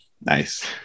Nice